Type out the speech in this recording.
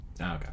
Okay